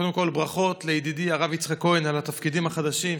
קודם כול ברכות לידידי הרב יצחק כהן על התפקידים החדשים.